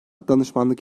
danışmanlık